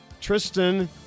Tristan